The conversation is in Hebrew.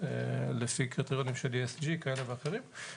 לפי קריטריונים כאלה ואחרים של ESG,